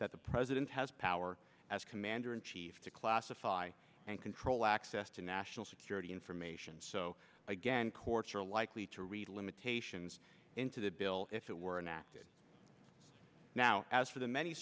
that the president has power as commander in chief to classify and control access to national security information so again courts are likely to read limitations into the bill if it were inaccurate now as for the many